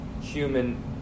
human